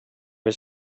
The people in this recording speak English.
his